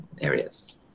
areas